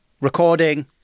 recording